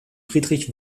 friedrich